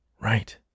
Right